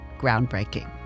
groundbreaking